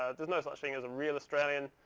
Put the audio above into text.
ah there's no such thing as a real australian.